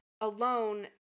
alone